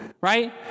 right